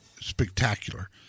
spectacular